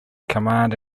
command